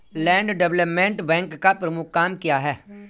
Land development bank का प्रमुख काम क्या है?